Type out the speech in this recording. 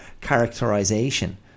characterization